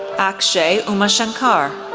akshay umashankar,